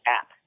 app